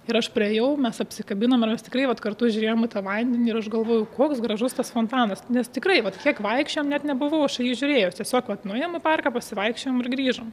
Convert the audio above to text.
ir aš priėjau mes apsikabinom ir mes tikrai vat kartu žiūrėjom į tą vandenį ir aš galvojau koks gražus tas fontanas nes tikrai vat kiek vaikščiojom net nebuvau aš į jį žiūrėjus tiesiog vat nueinu į parką pasivaikščiojom ir grįžom